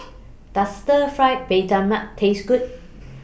Does Stir Fried Mee Tai Mak Taste Good